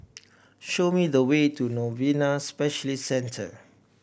show me the way to Novena Specialist Centre